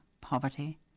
poverty